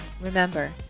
remember